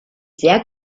sehr